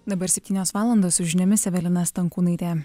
dabar septynios valandos su žiniomis evelina stankūnaitė